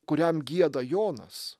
kuriam gieda jonas